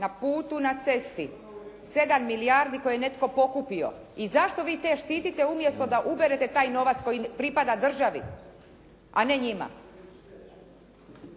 na putu, na cesti 7 milijardi koje je netko pokupio. I zašto vi te štitite umjesto da uberete taj novac koji pripada državi, a ne njima.